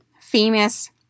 famous